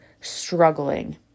struggling